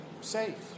safe